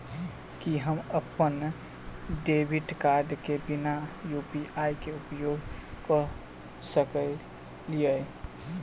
की हम अप्पन debit card केँ बिना यु.पी.आई केँ उपयोग करऽ सकलिये?